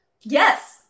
Yes